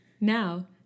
now